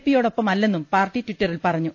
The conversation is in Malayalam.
പി യോടൊപ്പമല്ലെന്നും പാർട്ടി ട്വിറ്ററിൽ പറഞ്ഞു